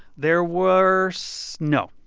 there were so no.